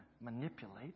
manipulate